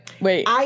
Wait